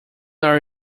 are